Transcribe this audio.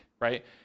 right